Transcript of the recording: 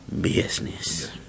Business